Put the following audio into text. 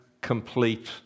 complete